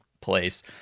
place